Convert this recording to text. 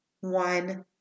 one